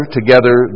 together